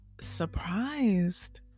surprised